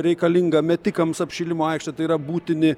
reikalinga metikams apšilimo aikštė tai yra būtini